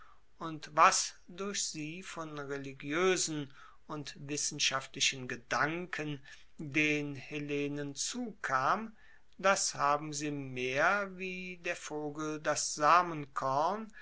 und was durch sie von religioesen und wissenschaftlichen gedanken den hellenen zukam das haben sie mehr wie der vogel das samenkorn